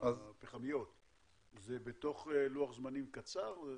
זה בלוח זמנים קצר?